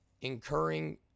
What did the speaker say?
incurring